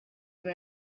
wind